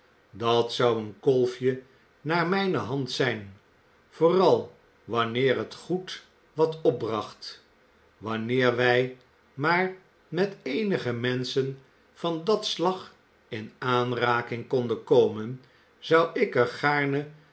dat zou een klolfje naar mijne hand zijn vooral wanneer het goed wat opbracht wanneer wij maar met eenige menschen van dat slag in aanraking konden komen zou ik er gaarne